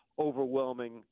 overwhelming